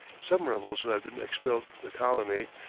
some rebels who had been expelled the colony,